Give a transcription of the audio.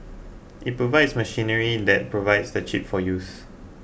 it provides machinery that provides the chip for use